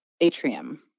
atrium